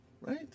right